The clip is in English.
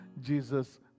Jesus